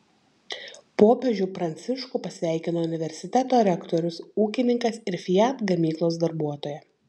popiežių pranciškų pasveikino universiteto rektorius ūkininkas ir fiat gamyklos darbuotoja